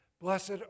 Blessed